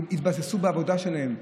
הן התבססו בעבודה שלהן,